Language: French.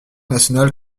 national